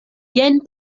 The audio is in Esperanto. jen